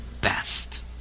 best